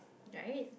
right